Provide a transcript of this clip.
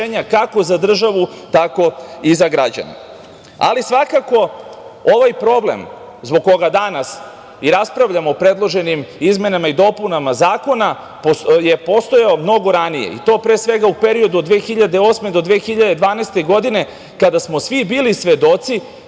kako za državu, tako i za građane. Svakako, ovaj problem, zbog koga danas i raspravljamo predloženim izmenama i dopunama zakona, je postojao mnogo ranije, i to pre svega u periodu od 2008. godine do 2012. godine, kada smo svi bili svedoci